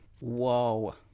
Whoa